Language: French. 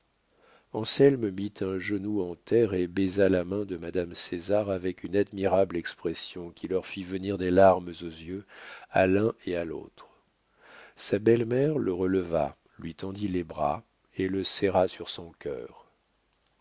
ami anselme mit un genou en terre et baisa la main de madame césar avec une admirable expression qui leur fit venir des larmes aux yeux à l'un et à l'autre sa belle-mère le releva lui tendit les bras et le serra sur son cœur